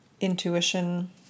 intuition